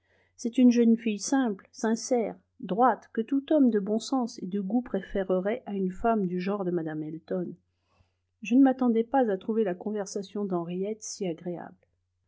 c'est une jeune fille simple sincère droite que tout homme de bon sens et de goût préférerait à une femme du genre de mme elton je ne m'attendais pas à trouver la conversation d'henriette si agréable